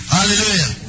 Hallelujah